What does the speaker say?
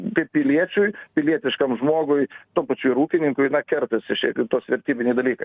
kaip piliečiui pilietiškam žmogui tuo pačiu ir ūkininkui na kertasi šiaip ir tos vertybiniai dalykai